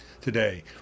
today